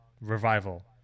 Revival